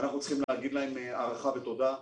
שאנחנו צריכים להביע בפניהם הערכה ולהגיד להם תודה.